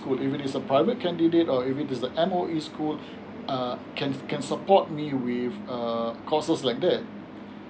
school even a private candidate or if it is a M_O_E school uh can can support me with uh course like that